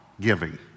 giving